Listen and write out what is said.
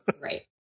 Right